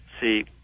See